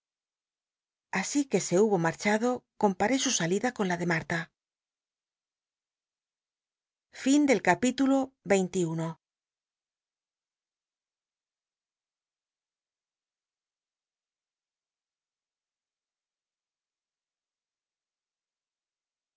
así que se hubo marchado comparé su salida con la de ilarla